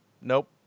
nope